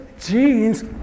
genes